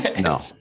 No